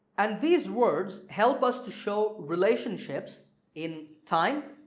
and these words help us to show relationships in time,